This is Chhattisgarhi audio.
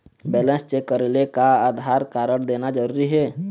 बैलेंस चेक करेले का आधार कारड देना जरूरी हे?